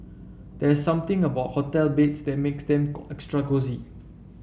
there something about hotel beds that makes them extra cosy